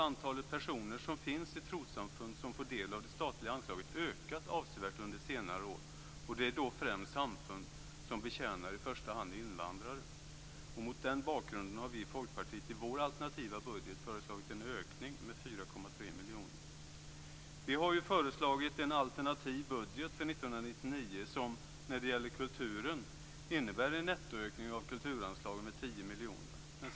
Antalet personer som finns i trossamfund som får del av det statliga anslaget har ökat avsevärt under senare år, och det gäller främst samfund som betjänar i första hand invandrare. Mot den bakgrunden har vi i Folkpartiet i vår alternativa budget föreslagit en ökning med 4,3 miljoner kronor. Vi har föreslagit en alternativ budget för 1999 som innebär en nettoökning av kulturanslagen med 10 miljoner kronor.